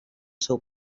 seu